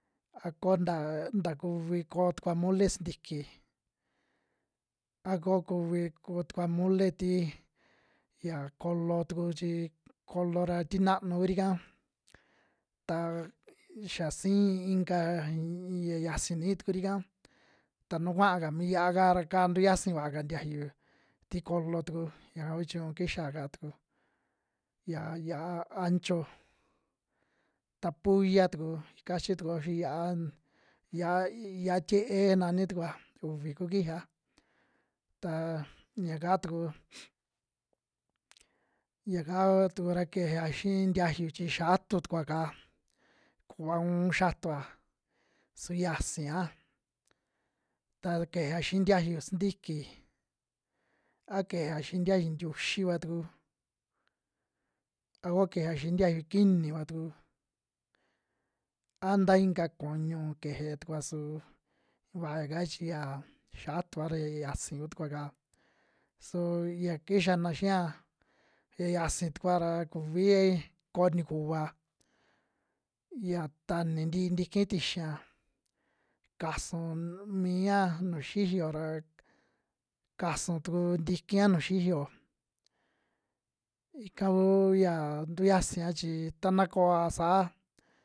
A ko ntaa kuvi koo tukua mole sintiki, a ko kuvi kuu tukua mole ti yia kolo tuku chi, kolo ra ti naanu kuri'ka ta xa siin inka in yia yasi nii tukuri'ka ta nu kuaa ka mi yia'aka ra ka tu xiasi vaa ka ntiayu ti kolo tuku, yaka ku chiñu kixa'ka tuku yia yia'a ancho, ta pulla tuku kachi tukuo xii yia'a, yia'a, yia'a tie'e nani tukua uvi kuu kijiya, ta yaka tuku yakava tuku ra kejea xii ntiayu chi xatu tukua'ka kuva uun xiatua, su xiasia ta keja xii ntiayu sintiki a keja xii ntiayu ntiuxi'va tuku a koo kejea xii ntiayu kiiniva tuku, a nta inka kuñu keje tukua su vaa yaka chi yia xatua ra ya yiasi ku tukua'ka su ya kixana xia ya yasi tukua ra kuvi koo tikua ya tani ntii ntiki tixia kasu miaa nuju xiyo ra, kasu tuku ntikia nuju xiyo ika kuu ya tu yiasia chi ta na koa saa.